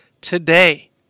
today